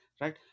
right